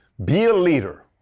be a leader.